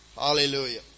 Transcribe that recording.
Hallelujah